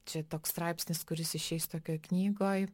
čia toks straipsnis kuris išeis tokioj knygoj